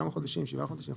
שבעה חודשים.